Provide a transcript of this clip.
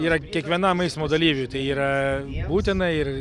yra kiekvienam eismo dalyviui tai yra būtina ir